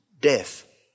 death